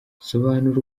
asobanura